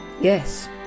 yes